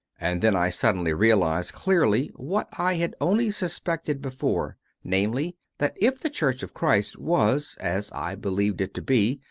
and then i suddenly realized clearly what i had only suspected before namely, that if the church of christ was, as i believed it to be,